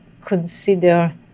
consider